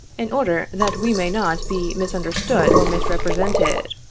in order that we may not be mis understood or misrepresented.